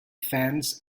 fans